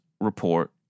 report